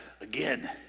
again